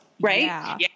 Right